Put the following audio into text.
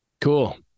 cool